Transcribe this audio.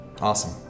Awesome